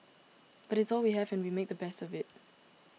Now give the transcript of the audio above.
but it's all we have and we make the best of it